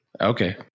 Okay